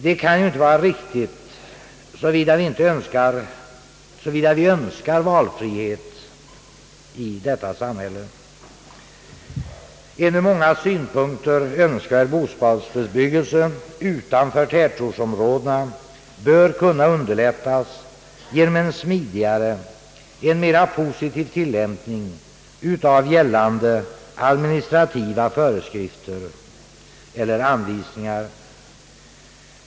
Detta kan inte vara riktigt såvida vi önskar valfrihet i vårt samhälle. En ur många synpunkter önskvärd bostadsbebyggelse utanför tätortsområdena bör kunna underlättas genom en smidigare och mera positiv tillämpning av gällande administrativa föreskrifter eller anvisningar.